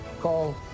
Call